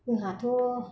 जोंहाथ'